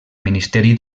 ministeri